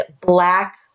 black